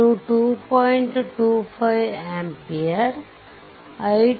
25 ampere i2 0